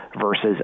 versus